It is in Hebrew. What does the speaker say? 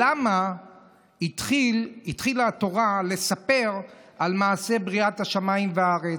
למה התחילה התורה לספר על מעשה בריאת השמיים והארץ?